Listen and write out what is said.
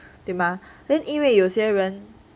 对吗 then 因为有些人